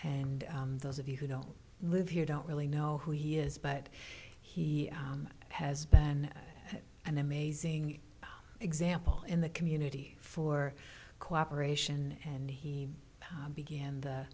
and those of you who don't live here don't really know who he is but he has been an amazing example in the community for cooperation and he began the